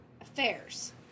affairs